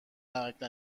نمکـ